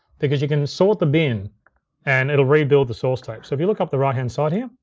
because you can sort the bin and it'll rebuild the source tape. so if you look up the right-hand side here,